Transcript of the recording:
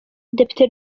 depite